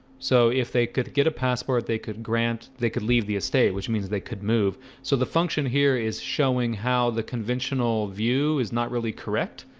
so if they could get a passport they could grant they could leave the estate which means they could move so the function here is showing how the conventional view is. not really, correct